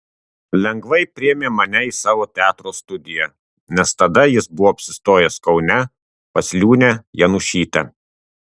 lengvai priėmė mane į savo teatro studiją nes tada jis buvo apsistojęs kaune pas liūnę janušytę